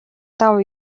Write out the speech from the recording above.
лав